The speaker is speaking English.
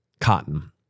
cotton